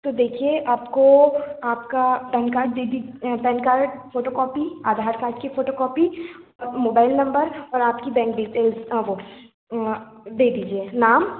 तो देखिए आपको आपका पैन कार्ड दे दी pan card photocopy Aadhaar card की फ़ोटोकॉपी मोबाईल नंबर और आपकी बैंक डिटेल्स बस दे दीजिए नाम